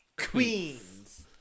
queens